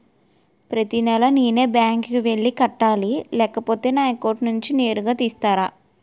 ప్రతి నెల నేనే బ్యాంక్ కి వెళ్లి కట్టాలి లేకపోతే నా అకౌంట్ నుంచి నేరుగా తీసేస్తర?